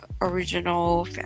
Original